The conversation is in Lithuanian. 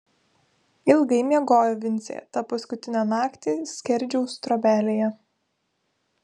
ilgai miegojo vincė tą paskutinę naktį skerdžiaus trobelėje